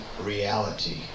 reality